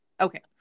Okay